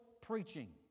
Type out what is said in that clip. preaching